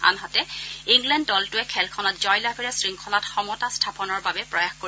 আনহাতে ইংলেণ্ড দলটোৱে খেলখনত জয়লাভেৰে শৃংখলাত সমতা স্থাপনৰ বাবে প্ৰয়াস কৰিব